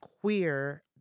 queer